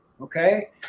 Okay